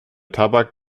tabak